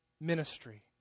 ministry